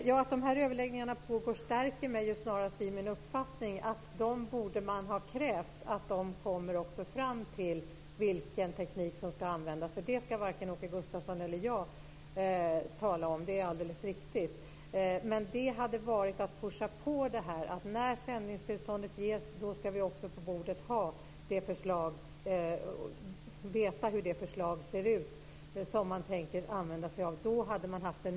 Fru talman! Att överläggningarna pågår stärker mig snarast i min uppfattning att man borde ha krävt att de också kommer fram till vilken teknik som ska användas. Det ska varken Åke Gustavsson eller jag tala om. Det är alldeles riktigt. Men det hade varit att ge det en push. När sändningstillståndet ges ska vi också veta hur det förslag ser ut som man tänker använda sig av och ha det på bordet.